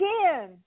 again